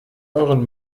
euren